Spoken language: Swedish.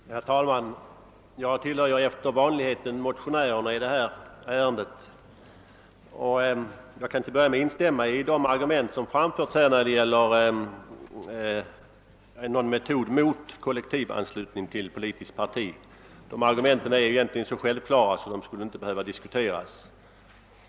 Herr talman! Jag tillhör efter vanligheten motionärerna i detta ärende och kan till att börja med instämma i de argument som har framförts här mot kollektivanslutning till politiskt parti. Dessa argument är egentligen så självklara att frågan inte skulle behöva diskuteras.